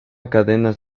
cadenas